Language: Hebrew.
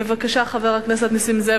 בבקשה, חבר הכנסת נסים זאב.